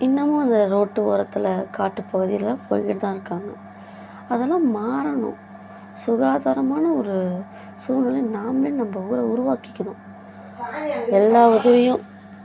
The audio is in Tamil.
இன்னமும் அந்த ரோட்டு ஓரத்தில் காட்டு பகுதிலலாம் போய்கிட்டுதான் இருக்காங்க அதெல்லாம் மாறவேணும் சுகாதாரமான ஒரு சூழ்நிலை நாமே நம்ம ஊரை உருவாக்கிக்கணும் எல்லா உதவியும்